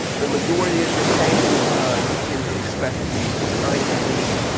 the majority of your pain you can expect to be behind your knee.